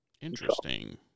Interesting